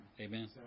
Amen